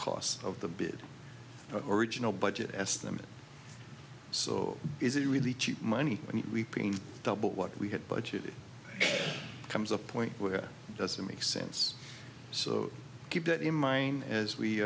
cost of the bid original budget estimate so is it really cheap money when we put in double what we had budgeted comes a point where does it make sense so keep that in mind as we